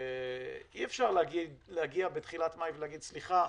אי אפשר להגיע בתחילת מאי ולהגיד: סליחה,